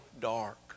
dark